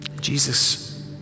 Jesus